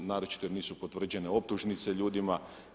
Naročito im nisu potvrđene optužnice ljudima.